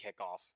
kickoff